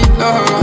love